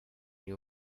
your